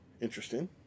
Interesting